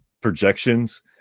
projections